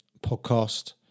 podcast